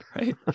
right